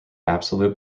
absolute